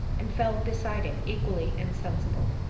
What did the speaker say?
and fell beside it equally insensible.